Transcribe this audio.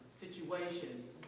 situations